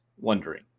wondering